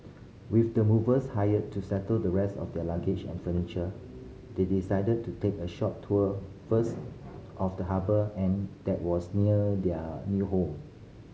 with the movers hired to settle the rest of their luggage and furniture they decided to take a short tour first of the harbour and that was near their new home